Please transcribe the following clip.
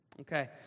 Okay